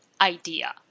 idea